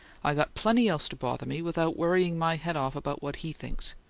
i got plenty else to bother me, without worrying my head off about what he thinks.